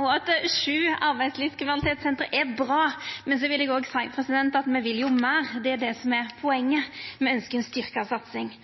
og at sju arbeidslivskriminalitetssenter er bra. Men så vil eg òg seia at me vil meir. Det er det som er poenget, me ønskjer ei styrkt satsing.